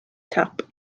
tap